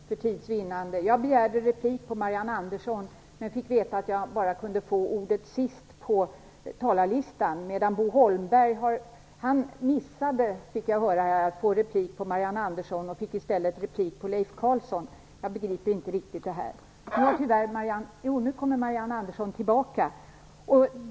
Herr talman! Jag begärde replik på Marianne Andersson, men fick veta att jag bara kunde få ordet sist på talarlistan. Jag fick höra att Bo Holmberg missade att få replik på Marianne Andersson och fick i stället replik på Leif Carlson. Jag begriper inte riktigt det här.